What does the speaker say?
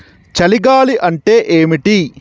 చలి గాలి అంటే ఏమిటి?